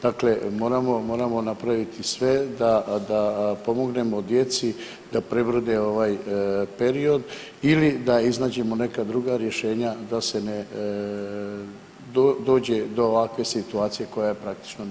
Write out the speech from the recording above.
Dakle, moramo, moramo napraviti sve da pomognemo djeci da prebrode ovaj period ili da iznađemo neka druga rješenja da se ne dođe do ovakve situacije koja je praktički ... Hvala.